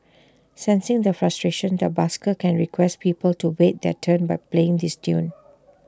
sensing the frustration the busker can request people to wait their turn by playing this tune